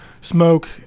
smoke